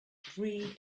three